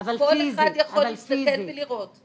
כל אחד יכול להסתכל ולראות ב'כתיב'.